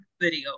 video